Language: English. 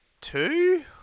two